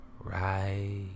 Right